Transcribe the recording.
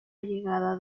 llegada